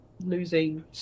Losing